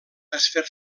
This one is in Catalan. desfer